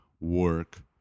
work